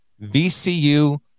VCU